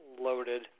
loaded